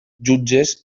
jutges